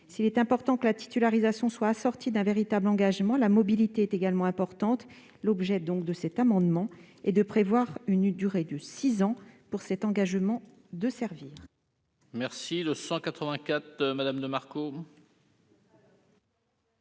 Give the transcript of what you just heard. S'il est important que la titularisation soit assortie d'un véritable engagement, la mobilité est également importante. L'objet de cet amendement est donc de prévoir une durée de six ans pour cet engagement de servir.